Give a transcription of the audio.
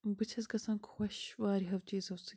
بہٕ چھَس گژھان خوش واریاہو چیٖزو سۭتۍ